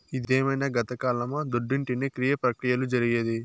ఇదేమైన గతకాలమా దుడ్డుంటేనే క్రియ ప్రక్రియలు జరిగేది